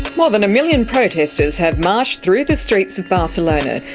more than a million protesters have marched through the streets of barcelona.